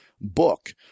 book